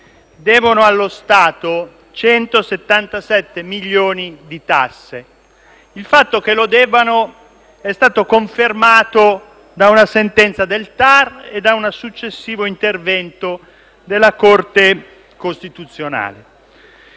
devono allo Stato 177 milioni di euro di imposte e il fatto che li debbano è stato confermato da una sentenza del TAR e da un successivo intervento della Corte costituzionale.